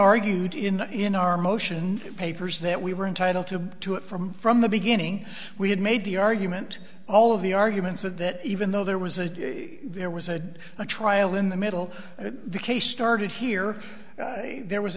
argued in in our motion papers that we were entitled to do it from from the beginning we had made the argument all of the arguments of that even though there was a there was a trial in the middle the case started here there was